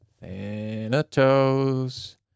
Thanatos